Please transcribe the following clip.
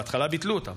בהתחלה ביטלו אותן.